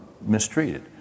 mistreated